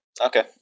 okay